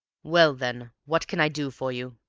well, then, what can i do for you?